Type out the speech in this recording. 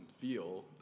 feel